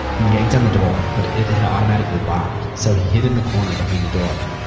he yanked on the door but it had automatically locked, so he hid in the corner behind the door.